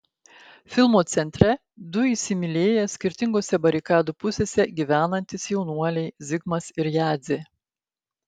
filmo centre du įsimylėję skirtingose barikadų pusėse gyvenantys jaunuoliai zigmas ir jadzė